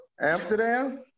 Amsterdam